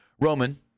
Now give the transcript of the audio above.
Roman